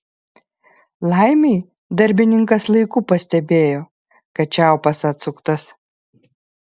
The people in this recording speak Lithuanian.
laimei darbininkas laiku pastebėjo kad čiaupas atsuktas